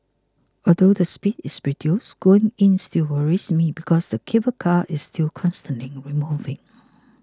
although the speed is reduced going in still worries me because the cable car is still constantly removing